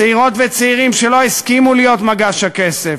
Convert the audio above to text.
צעירות וצעירים שלא הסכימו להיות מגש הכסף.